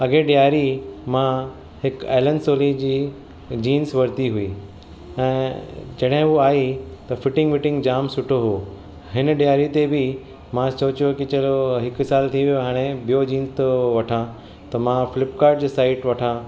अॻे ॾियारी मां हिकु एलेन सोली जी जीन्स वरिती हुई ऐं जॾहिं उहो आई त फिटिंग विटिंग जाम सुठो हुओ हिन ॾियारी ते बि मां सोचियो की चलो हिकु साल थी वियो आहे हाणे ॿियो जीन्स थो वठां त मां फ्लिपकाट जे साइट वठां